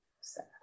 sad